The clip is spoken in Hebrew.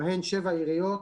שבהן שבע עיריות,